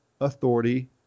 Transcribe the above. authority